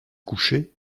coucher